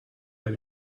have